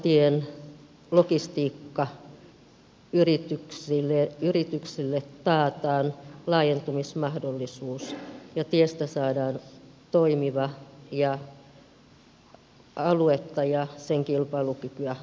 lisätalousarvion myötä keravantien logistiikkayrityksille taataan laajentumismahdollisuus ja tiestä saadaan toimiva ja aluetta ja sen kilpailukykyä vahvistava